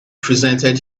presented